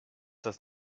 das